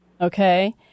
Okay